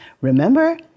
Remember